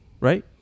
Right